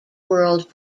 world